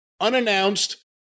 unannounced